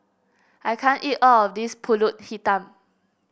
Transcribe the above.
I can't eat all of this pulut hitam